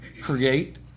create